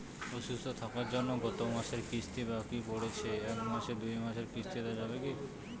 অসুস্থ থাকার জন্য গত মাসের কিস্তি বাকি পরেছে এক সাথে দুই মাসের কিস্তি দেওয়া যাবে কি?